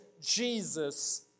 Jesus